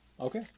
Okay